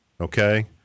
okay